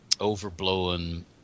overblown